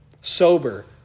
Sober